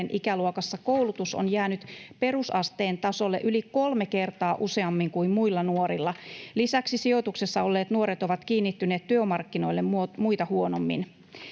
ikäluokassa koulutus on jäänyt perusasteen tasolle yli kolme kertaa useammin kuin muilla nuorilla. Lisäksi sijoituksessa olleet nuoret ovat kiinnittyneet työmarkkinoille muita huonommin.